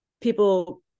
people